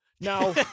Now